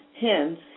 Hence